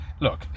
Look